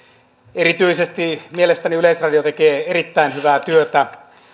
erityisesti mielestäni yleisradio tekee erittäin hyvää työtä